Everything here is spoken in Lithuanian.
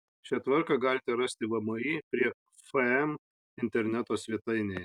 šią tvarką galite rasti vmi prie fm interneto svetainėje